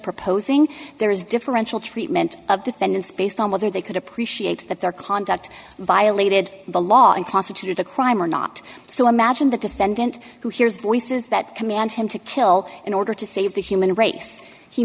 proposing there is differential treatment of defendants based on whether they could appreciate that their conduct violated the law and constitute a crime or not so imagine the defendant who hears voices that command him to kill in order to save the human race he